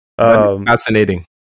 Fascinating